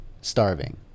starving